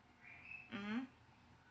mmhmm